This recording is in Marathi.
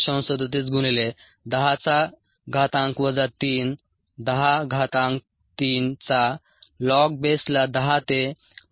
37 गुणिले 10 चा घातांक वजा 3 10 घातांक 3 चा लॉगला बेस 10 ते 1286